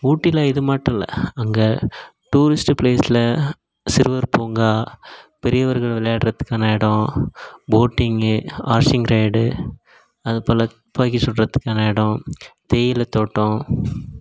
ஊட்டியில இது மட்டும் இல்லை அங்கே டூரிஸ்ட் பிளேஸ்ல சிறுவர் பூங்கா பெரியவர்கள் விளையாடுகிறதுக்கான இடோம் போட்டிங் ஹார்சிங் ரைடு அது போல் துப்பாக்கி சுடுறதுக்கான இடோம் தேயிலை தோட்டம்